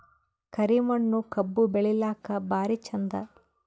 ಕರಿ ಮಣ್ಣು ಕಬ್ಬು ಬೆಳಿಲ್ಲಾಕ ಭಾರಿ ಚಂದ?